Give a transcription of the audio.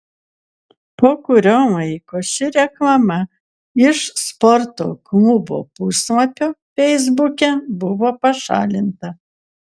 po kurio laiko ši reklama iš sporto klubo puslapio feisbuke buvo pašalinta